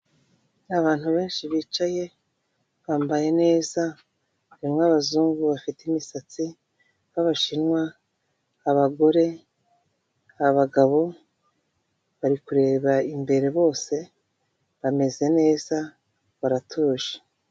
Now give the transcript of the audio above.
Abantu benshi bicaye bambaye neza nkabazungu bafite imisatsi b'abashinwa abagore ,abagabo bari kureba imbere bose bameze neza baratuje .